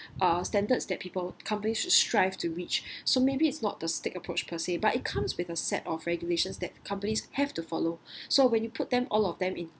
uh standards that people companies should strive to reach so maybe it's not the stick approach per se but it comes with a set of regulations that companies have to follow so when you put them all of them in